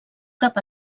cap